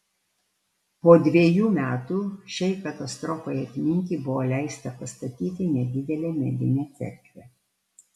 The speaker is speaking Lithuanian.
po dvejų metų šiai katastrofai atminti buvo leista pastatyti nedidelę medinę cerkvę